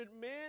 men